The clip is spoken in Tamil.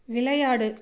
விளையாடு